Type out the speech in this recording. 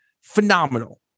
phenomenal